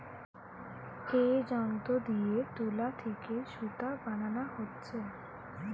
এ যন্ত্র দিয়ে তুলা থিকে সুতা বানানা হচ্ছে